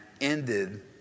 ended